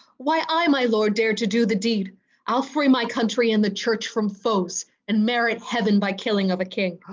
why i my lord dare do the deed i'll free my country and the church from foes, and merit heaven by killing of a king.